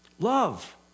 Love